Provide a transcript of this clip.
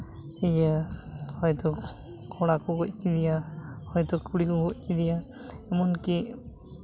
ᱤᱭᱟᱹ ᱦᱚᱭᱛᱳ ᱠᱚᱲᱟ ᱠᱚ ᱜᱚᱡ ᱠᱮᱫᱮᱭᱟ ᱦᱳᱭᱛᱳ ᱠᱩᱲᱤ ᱠᱚ ᱜᱚᱡ ᱠᱮᱫᱮᱭᱟ ᱮᱢᱚᱱᱠᱤ